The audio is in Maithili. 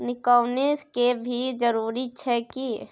निकौनी के भी जरूरी छै की?